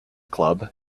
club